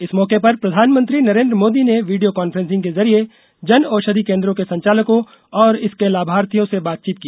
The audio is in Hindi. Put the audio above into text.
इस मौके पर प्रधानमंत्री नरेन्द्र मोदी ने वीडियो कांफ्रेंसिंग के जरिए जनऔषधि केन्द्रों के संचालकों और इसके लाभार्थियों से बातचीत की